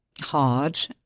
hard